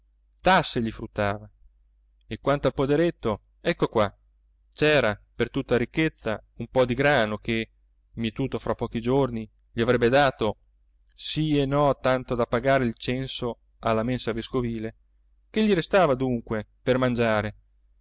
tasse gli fruttava e quanto al poderetto ecco qua c'era per tutta ricchezza un po di grano che mietuto fra pochi giorni gli avrebbe dato sì e no tanto da pagare il censo alla mensa vescovile che gli restava dunque per mangiare